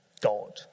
God